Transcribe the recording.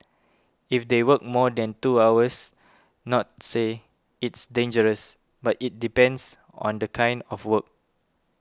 if they work more than two hours not say it's dangerous but it depends on the kind of work